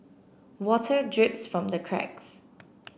water drips from the cracks